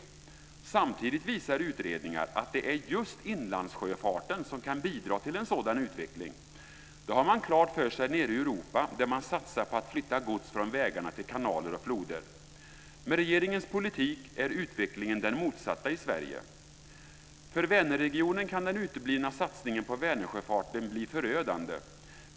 Samtidigt visar utredningar att det är just inlandssjöfarten som kan bidra till en sådan utveckling. Det har man klart för sig nere i Europa, där man satsar på att flytta gods från vägarna till kanaler och floder. Med regeringens politik är utvecklingen den motsatta i Sverige. För Vänerregionen kan den uteblivna satsningen på Vänersjöfarten bli förödande.